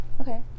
okay